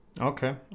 Okay